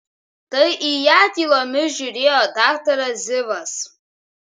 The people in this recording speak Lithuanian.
tai į ją tylomis žiūrėjo daktaras zivas